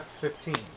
F15